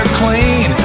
clean